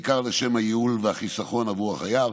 בעיקר לשם הייעול והחיסכון עבור החייב.